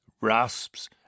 rasps